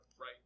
right